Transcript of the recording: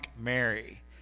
Mary